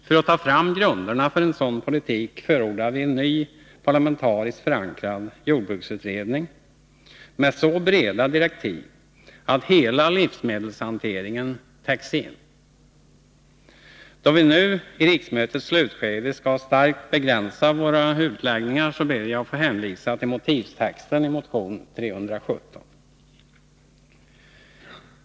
För att få fram grunderna för en sådan politik förordar vi en ny parlamentariskt förankrad jordbruksutredning med så breda direktiv att hela livsmedelshanteringen täcks in. Då vi nu i riksmötets slutskede skall starkt begränsa våra utläggningar, ber jag att få hänvisa till motivtexten i motion 317.